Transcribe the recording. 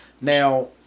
Now